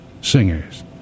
singers